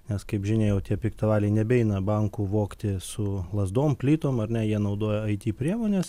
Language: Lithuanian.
nes kaip žinia jau tie piktavaliai nebeina bankų vogti su lazdom plytom ar ne jie naudoja it priemones